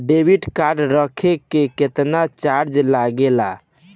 Debit card रखे के केतना चार्ज लगेला?